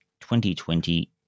2020